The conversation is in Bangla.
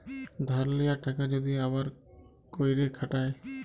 ধার লিয়া টাকা যদি আবার ক্যইরে খাটায়